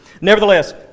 Nevertheless